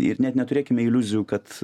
ir net neturėkime iliuzijų kad